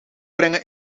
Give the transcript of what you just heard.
brengen